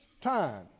time